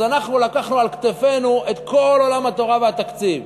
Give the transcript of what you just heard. אז אנחנו לקחנו על כתפינו את כל עולם התורה והתקציב.